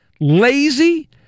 lazy